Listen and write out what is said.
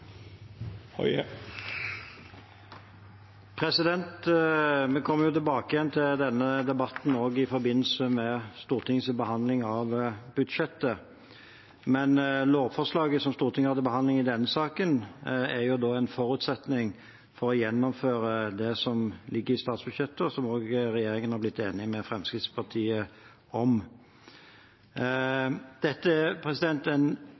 Vi kommer tilbake igjen til denne debatten også i forbindelse med Stortingets behandling av budsjettet, men lovforslaget som Stortinget har til behandling i denne saken, er en forutsetning for å gjennomføre det som ligger i statsbudsjettet, og som regjeringen har blitt enig med Fremskrittspartiet om. Dette er en